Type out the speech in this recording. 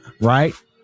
right